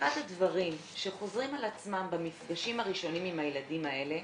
אחד הדברים שחוזרים על עצמם במפגשים הראשונים עם הילדים האלה,